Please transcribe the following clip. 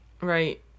Right